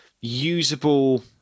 usable